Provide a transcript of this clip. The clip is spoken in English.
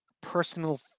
personal